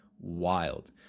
wild